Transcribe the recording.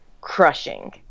crushing